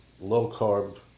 low-carb